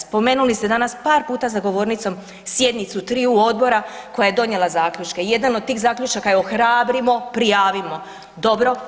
Spomenuli ste danas par puta za govornicom sjednicu triju odbora koja je donijela zaključke i jedan od tih zaključaka je ohrabrimo, prijavimo, dobro.